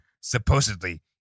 Supposedly